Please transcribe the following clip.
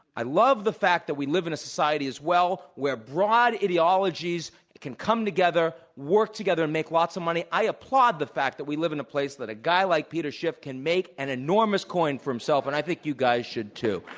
i love the fact that we live in a society as well where broad ideologies can come together, work together, and make lots of money. i applaud the fact that we live in a place that a guy like peter schiff can make an enormous coin for himself, and i think you guys should, too.